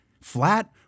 flat